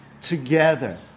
together